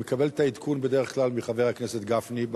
אני מקבל את העדכון בדרך כלל מחבר הכנסת גפני,